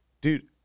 Dude